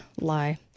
lie